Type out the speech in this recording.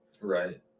Right